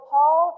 Paul